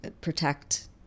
protect